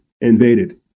invaded